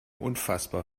unfassbar